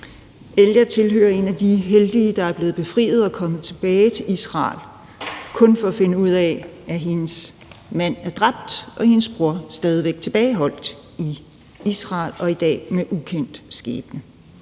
Elia er en af de heldige, der er blevet befriet og er kommet tilbage til Israel – kun for at finde ud af, at hendes mand er dræbt og hendes bror stadig væk er tilbageholdt og i dag har en ukendt skæbne.